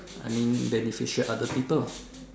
I mean beneficial other people